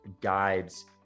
guides